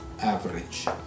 average